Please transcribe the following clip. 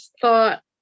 thought